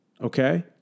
okay